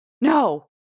No